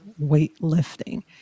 weightlifting